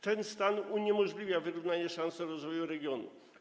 Ten stan uniemożliwia wyrównanie szans rozwoju regionów.